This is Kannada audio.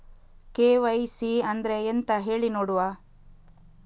ಕೆ.ವೈ.ಸಿ ಅಂದ್ರೆ ಎಂತ ಹೇಳಿ ನೋಡುವ?